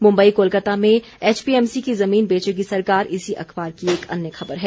मुम्बई कोलकाता में एचपीएमसी की जमीन बेचेगी सरकार इसी अखबार की एक अन्य खबर है